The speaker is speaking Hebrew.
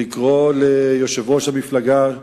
לקרוא ליושב-ראש המפלגה שלי,